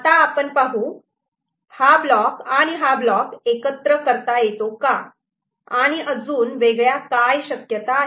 आता आपण पाहू हा ब्लॉक आणि हा ब्लॉक एकत्र करता येतो का आणि अजून वेगळ्या काय शक्यता आहेत